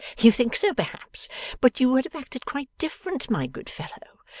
you think so perhaps but you would have acted quite different, my good fellow.